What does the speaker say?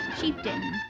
chieftain